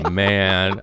man